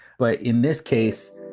but in this case,